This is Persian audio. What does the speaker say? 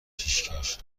پیشکش